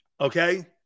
Okay